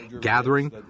gathering